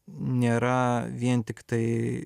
nėra vien tiktai